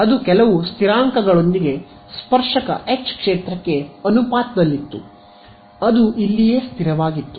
ಅದು ಕೆಲವು ಸ್ಥಿರಾಂಕಗಳೊಂದಿಗೆ ಸ್ಪರ್ಶಕ H ಕ್ಷೇತ್ರಕ್ಕೆ ಅನುಪಾತದಲ್ಲಿತ್ತು ಅದು ಇಲ್ಲಿಯೇ ಸ್ಥಿರವಾಗಿತ್ತು